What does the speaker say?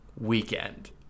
Weekend